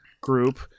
group